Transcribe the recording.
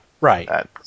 Right